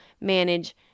manage